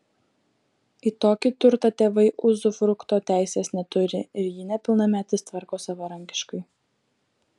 į tokį turtą tėvai uzufrukto teisės neturi ir jį nepilnametis tvarko savarankiškai